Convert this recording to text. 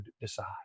decide